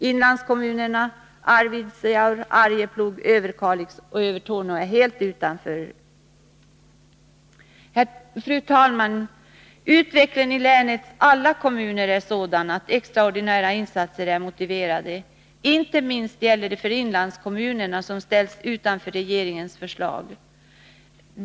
Inlandskommunerna Arjeplog, Arvidsjaur, Överkalix och Övertorneå är helt lämnade utanför. Fru talman! Utvecklingen i länets alla kommuner är sådan att extraordinära insatser är motiverade. Inte minst gäller det för de inlandskommuner som ställts utanför regeringens förslag.